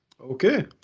Okay